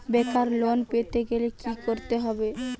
বেকার লোন পেতে গেলে কি করতে হবে?